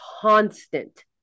constant